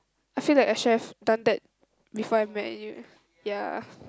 I feel like I should have done that before I met you ya